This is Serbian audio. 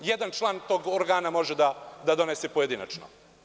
Šta jedan član tog organa može da donese pojedinačno?